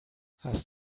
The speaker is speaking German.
hast